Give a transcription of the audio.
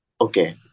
Okay